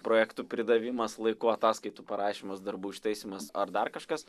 projektų pridavimas laiku ataskaitų parašymas darbų ištaisymas ar dar kažkas